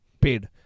paid